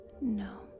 No